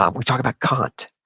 um we talk about kant.